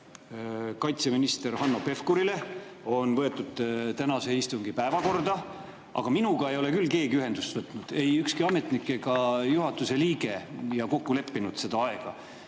kaitseminister Hanno Pevkurile, on võetud tänase istungi päevakorda. Aga minuga ei ole küll keegi ühendust võtnud, ei ükski ametnik ega juhatuse liige, ja seda aega